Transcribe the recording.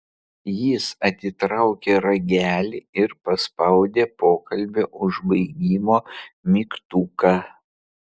jis atitraukė ragelį ir paspaudė pokalbio užbaigimo mygtuką